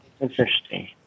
Interesting